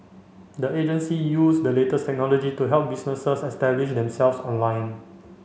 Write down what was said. the agency use the latest technology to help businesses establish themselves online